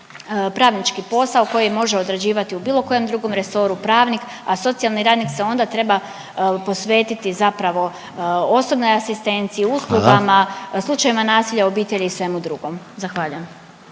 pravnički posao koji može odrađivati u bilo kojem drugom resoru pravnik, a socijalni radnik se onda treba posvetiti zapravo osobnoj asistenciji, uslugama …/Upadica Reiner: Hvala./…, slučajevima nasilja u obitelji i svemu drugom. Zahvaljujem.